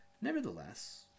Nevertheless